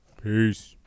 Peace